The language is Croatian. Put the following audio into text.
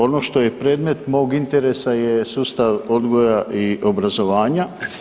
Ono što je predmet mog interesa je sustav odgoja i obrazovanja.